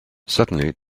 suddenly